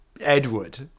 Edward